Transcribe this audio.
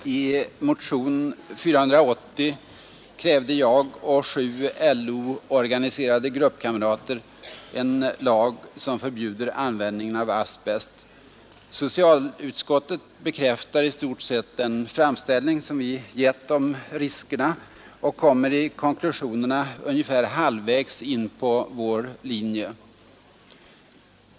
Fru talman! I motionen 480 har jag och sju LO-organiserade gruppkamrater krävt en lag som förbjuder användningen av asbest. Socialutskottet bekräftar i stort sett den redogörelse som vi lämnat om riskerna och kommer i konklusionerna ungefär halvvägs in på vår linje.